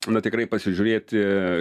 na tikrai pasižiūrėti